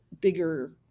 bigger